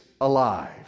alive